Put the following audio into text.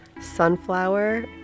Sunflower